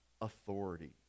authority